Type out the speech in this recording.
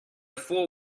fool